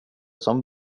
som